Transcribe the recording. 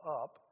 up